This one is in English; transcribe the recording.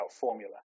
formula